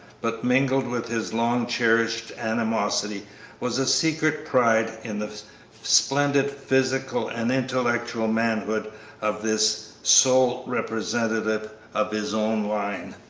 but mingled with his long-cherished animosity was a secret pride in the splendid physical and intellectual manhood of this sole representative of his own line.